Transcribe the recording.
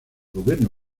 gobierno